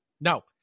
No